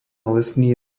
lesný